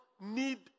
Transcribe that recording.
need